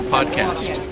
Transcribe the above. Podcast